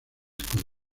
con